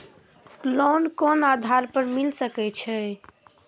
Loan कोन आधार पर मिल सके छे?